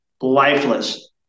lifeless